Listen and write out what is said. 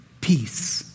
peace